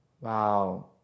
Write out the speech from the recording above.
Wow